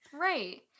Right